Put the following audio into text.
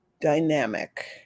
dynamic